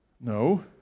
No